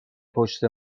پشت